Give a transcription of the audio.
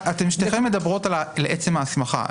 שתיכן מדברות לעצם ההסמכה.